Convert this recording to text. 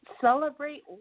celebrate